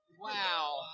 Wow